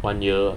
one year